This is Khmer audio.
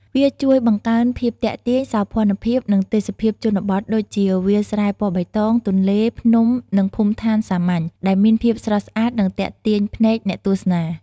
វាជួយបង្កើនភាពទាក់ទាញ សោភ័ណភាព និងទេសភាពជនបទដូចជា វាលស្រែពណ៌បៃតង ទន្លេ ភ្នំ និងភូមិឋានសាមញ្ញ ដែលមានភាពស្រស់ស្អាតនិងទាក់ទាញភ្នែកអ្នកទស្សនា។